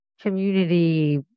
community